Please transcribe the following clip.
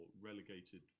relegated